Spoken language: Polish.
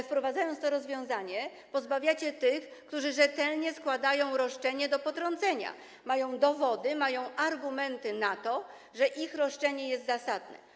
Wprowadzając to rozwiązanie, pozbawiacie prawa tych, którzy rzetelnie składają roszczenie do potrącenia, mają dowody, mają argumenty na to, że ich roszczenie jest zasadne.